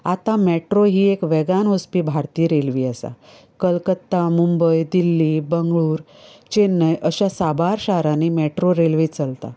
आता मेट्रो ही वेगान वचपी भारतीय रेल्वे आसा कलकत्ता मुंबय दिल्ली बंगलूर चेन्नय अश्या साबार शारांनी मेट्रो रेल्वे चलतात